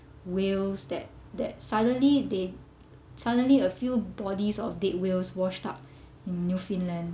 whales that that suddenly they suddenly a few bodies of dead whales washed up in newfoundland